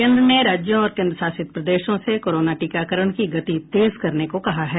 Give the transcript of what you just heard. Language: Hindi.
केन्द्र ने राज्यों और केन्द्र शासित प्रदेशों से कोरोना टीकाकरण की गति तेज करने को कहा है